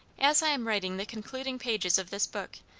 as i am writing the concluding pages of this book,